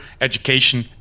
education